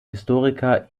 historiker